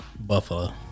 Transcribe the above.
Buffalo